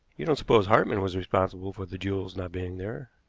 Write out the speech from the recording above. you don't suppose hartmann was responsible for the jewels not being there?